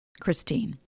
Christine